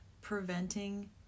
preventing